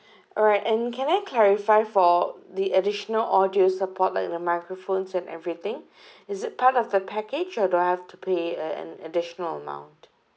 alright and can I clarify for the additional audio support like the microphones and everything is it part of the package or do I have to pay uh an additional amount